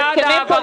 מה זה משנה?